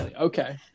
okay